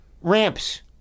ramps